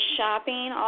Shopping